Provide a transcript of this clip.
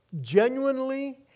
genuinely